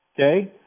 okay